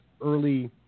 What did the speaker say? early